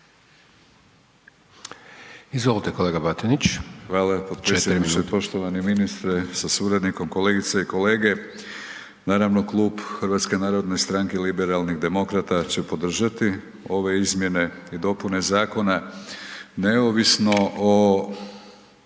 Milorad (HNS)** Hvala potpredsjedniče. Poštovani ministre sa suradnikom, kolegice i kolege. Naravno klub HNS-a liberalnih demokrata će podržati ove izmjene i dopune zakona, neovisno o